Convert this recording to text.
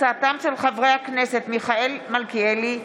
חברי הכנסת מיכאל מלכיאלי,